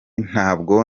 ntabwo